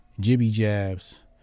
jibby-jabs